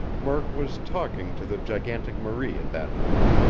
murk was talking to the gigantic marie at that moment.